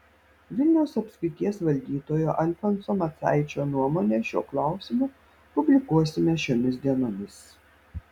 vilniaus apskrities valdytojo alfonso macaičio nuomonę šiuo klausimu publikuosime šiomis dienomis